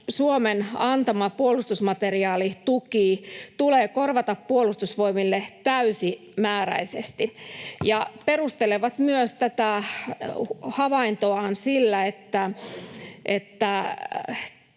Suomen antama puolustusmateriaalituki tulee korvata Puolustusvoimille täysimääräisesti, ja perustelevat myös tätä havaintoaan sillä, että